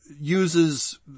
uses